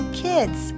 kids